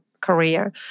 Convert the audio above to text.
career